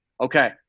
Okay